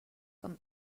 com